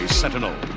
sentinel